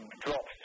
drops